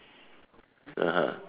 (uh huh)